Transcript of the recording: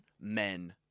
men